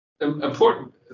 important